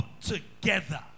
together